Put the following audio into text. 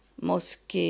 mosque